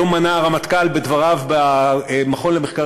היום מנה הרמטכ"ל בדבריו במכון למחקרי